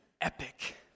epic